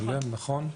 כן.